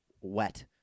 wet